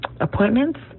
appointments